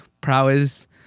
prowess